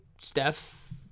Steph